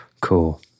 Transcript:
Cool